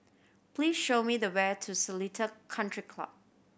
please show me the way to Seletar Country Club